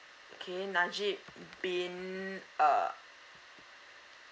okay najib bin uh